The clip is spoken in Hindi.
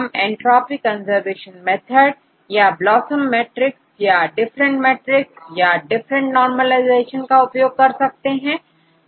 हम एंट्रॉफी कंजर्वेशन मेथड और ब्लॉसम मैट्रिक्स या डिफरेंट मैट्रिक्स और डिफरेंट नॉर्मलाइजेशन का उपयोग कर सकते हैं